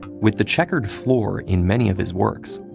with the checkered floor in many of his works,